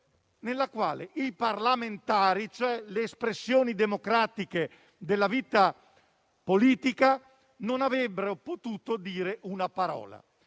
nel quale i parlamentari, ossia le espressioni democratiche della vita politica, non avrebbero potuto dire una parola.